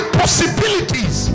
possibilities